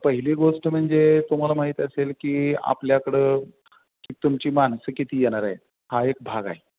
पहिली गोष्ट म्हणजे तुम्हाला माहीत असेल की आपल्याकडं की तुमची माणसं किती येणार आहे हा एक भाग आहे